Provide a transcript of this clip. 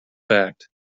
fact